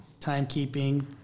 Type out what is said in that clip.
timekeeping